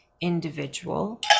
individual